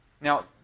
Now